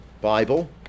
Bible